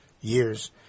years